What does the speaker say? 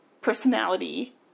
personality